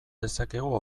dezakegu